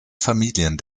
familien